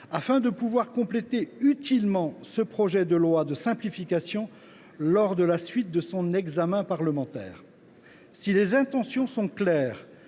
afin de pouvoir compléter utilement ce projet de loi de simplification lors de la navette parlementaire. Si les intentions sont claires,